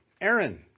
Aaron